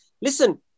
listen